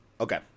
Okay